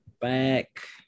back